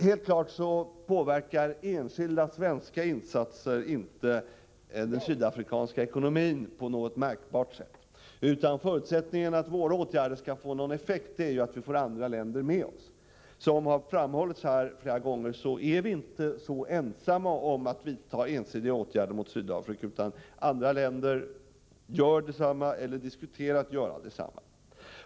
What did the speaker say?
Det står helt klart att enskilda svenska insatser inte på något märkbart sätt påverkar den sydafrikanska ekonomin, utan förutsättningen för att våra åtgärder skall få någon effekt är att vi får andra länder med oss. Som här har framhållits flera gånger är vi inte så ensamma om att vidta ensidiga åtgärder mot Sydafrika, utan andra länder gör detsamma eller diskuterar att göra det.